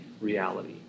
reality